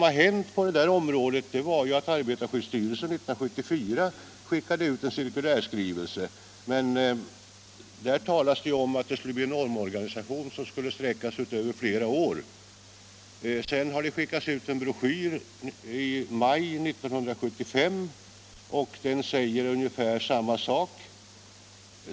Arbetarskyddsstyrelsen skickade 1974 ut en cirkulärskrivelse, i vilken det talas om en omorganisation som skulle sträcka sig över flera år. Därutöver har det i maj 1975 sänts ut en broschyr, och den säger ungefär samma sak.